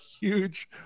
huge